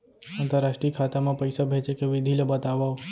अंतरराष्ट्रीय खाता मा पइसा भेजे के विधि ला बतावव?